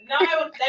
No